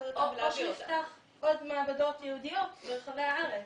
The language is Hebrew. או שנפתח עוד מעבדות ייעודיות ברחבי הארץ.